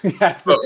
Yes